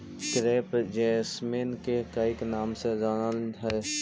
crepe jasmine के कईक नाम से जानलजा हइ